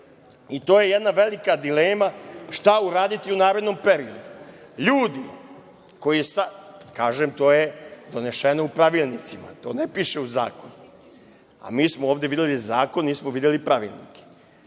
i to je jedna velika dilema, šta uraditi u narednom periodu. Ljudi, kažem to je doneseno u pravilnicima, ne piše u zakonu, a mi smo ovde videli zakon, nismo videli pravilnike